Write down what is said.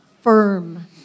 Firm